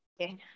Okay